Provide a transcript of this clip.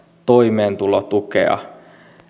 toimeentulotukea